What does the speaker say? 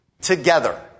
together